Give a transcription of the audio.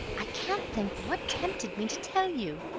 i can't think what tempted me to tell you!